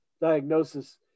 diagnosis